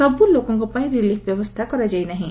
ସବୁ ଲୋକଙ୍ ପାଇଁ ରିଲିଫ୍ ବ୍ୟବସ୍ତା କରାଯାଇ ନାହିଁ